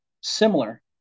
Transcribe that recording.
similar